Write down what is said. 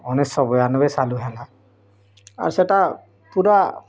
ଉଣେଇଶି ବୟାନବେ ସାଲୁ ହେଲା ଆର୍ ସେଇଟା ପୁରା